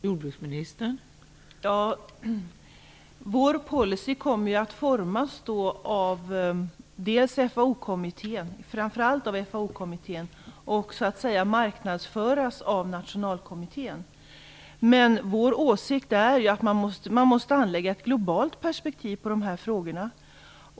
Fru talman! Vår policy kommer framför allt att formas av FAO-kommittén och "marknadsföras" av Nationalkommittén. Vår åsikt är att man måste anlägga ett globalt perspektiv på de här frågorna.